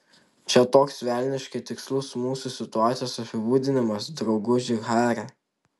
čia toks velniškai tikslus mūsų situacijos apibūdinimas drauguži hari